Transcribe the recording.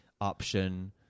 option